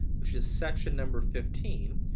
which is section number fifteen,